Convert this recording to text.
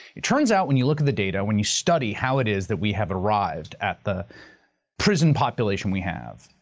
it turns out, when you look at the data, when you study how it is that we have arrived at the prison population we have,